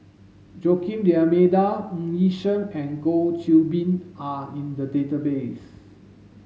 Joaquim D'almeida Ng Yi Sheng and Goh Qiu Bin are in the database